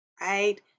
Right